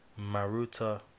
Maruta